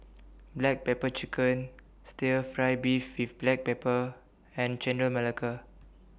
Black Pepper Chicken Stir Fry Beef with Black Pepper and Chendol Melaka